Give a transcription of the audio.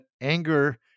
anger